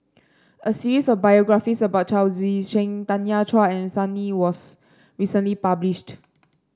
a series of biographies about Chao Tzee Cheng Tanya Chua and Sun Yee was recently published